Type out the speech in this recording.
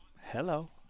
Hello